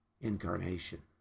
incarnation